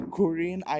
Korean